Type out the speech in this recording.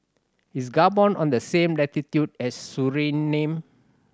is Gabon on the same latitude as Suriname